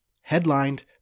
headlined